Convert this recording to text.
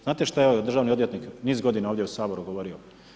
Znate šta je državni odvjetnik niz godina ovdje u Saboru govorio?